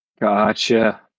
Gotcha